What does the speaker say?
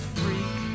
freak